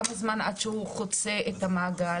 כמה זמן עד שהוא חוצה את המעגל?